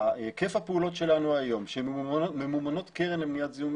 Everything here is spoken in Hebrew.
שהיקף של הפעולות שלנו היום שממונות על ידי הקרן למניעת זיהום